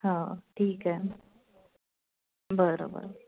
हा ठीक आहे बरं बरं